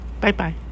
Bye-bye